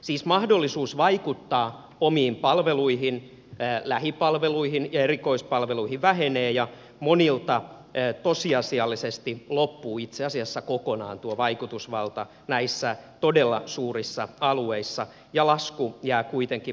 siis mahdollisuus vaikuttaa omiin palveluihin lähipalveluihin ja erikoispalveluihin vähenee ja monilta tosiasiallisesti itse asiassa loppuu kokonaan tuo vaikutusvalta näillä todella suurilla alueilla ja lasku jää kuitenkin maksettavaksi